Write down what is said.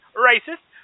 racist